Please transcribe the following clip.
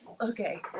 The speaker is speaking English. Okay